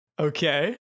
Okay